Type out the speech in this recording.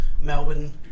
Melbourne